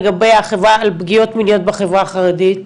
לגבי הפגיעות מיניות בחברה החרדית?